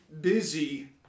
busy